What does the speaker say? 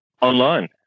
Online